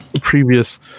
previous